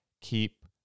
keep